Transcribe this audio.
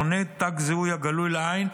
עונד תג זיהוי הגלוי לעין,